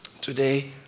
Today